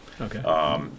Okay